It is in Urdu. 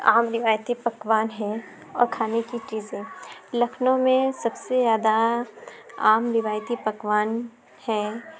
عام روایتی پکوان ہیں اور کھانے کی چیزیں لکھنؤ میں سب سے زیادہ عام روایتی پکوان ہیں